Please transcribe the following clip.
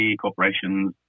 Corporations